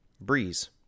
Breeze